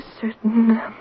certain